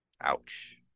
Ouch